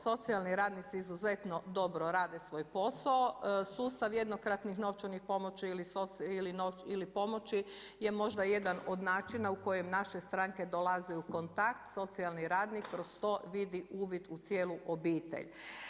Socijalni radnici izuzetno dobro rade svoj posao, sustav jednokratnih novčanih pomoći ili pomoći je možda jedan od načina u kojima naše stranke dolaze u kontakt, socijalni radnik kroz to vidi uvid u cijelu obitelj.